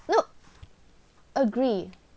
look agree